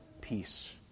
peace